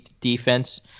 defense